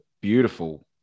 beautiful